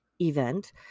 event